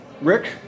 Rick